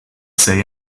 say